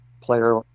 player